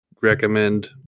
recommend